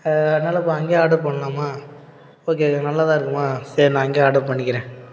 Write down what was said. அதனால் இப்போ அங்கேயே ஆர்டர் பண்ணலாமா ஓகே நல்லாதான் இருக்குமா சரி நான் இங்கேயே ஆர்டர் பண்ணிக்கிறேன்